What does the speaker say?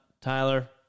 Tyler